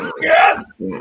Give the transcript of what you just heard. Yes